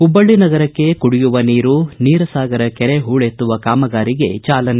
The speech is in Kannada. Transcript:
ಹುಬ್ಬಳ್ಳಿ ನಗರಕ್ಕೆ ಕುಡಿಯುವ ನೀರು ನೀರ ಸಾಗರ ಕೆರೆ ಹೂಳೆತ್ತುವ ಕಾಮಗಾರಿಗೆ ಚಾಲನೆ